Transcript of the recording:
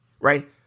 right